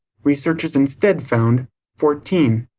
researchers instead found fourteen.